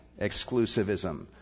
exclusivism